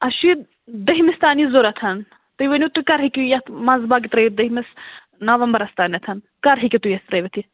اَسہِ چھِ یہِ دٔہمِس تام یہِ ضوٚرَتھ تُہۍ ؤنِو تُہۍ کَر ہیٚکِو یَتھ منٛزٕ باگ ترٲوِتھ دٔہمِس نَوَمبَرَس تانٮ۪تھ کَر ہیٚکِو تُہۍ اَسہِ ترٲوِتھ یہِ